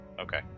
okay